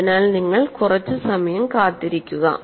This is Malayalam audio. അതിനാൽ നിങ്ങൾ കുറച്ച് സമയം കാത്തിരിക്കുക